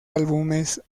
álbumes